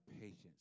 patience